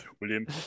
William